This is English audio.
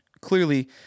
clearly